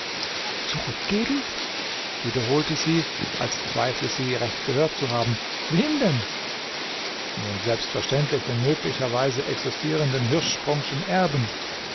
zurückgeben wiederholte sie als zweifle sie recht gehört zu haben wem denn nun selbstverständlich den möglicherweise existierenden hirschsprungschen erben